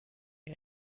and